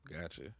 Gotcha